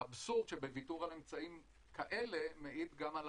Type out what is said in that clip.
האבסורד שבוויתור על אמצעים כאלה מעיד גם על